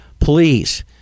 please